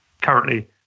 Currently